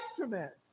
instruments